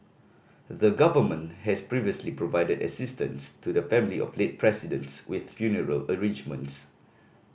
the Government has previously provided assistance to the family of late Presidents with funeral arrangements